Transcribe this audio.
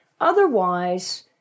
Otherwise